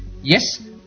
Yes